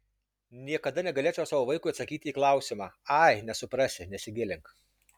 niekada negalėčiau savo vaikui atsakyti į klausimą ai nesuprasi nesigilink